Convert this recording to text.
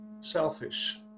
selfish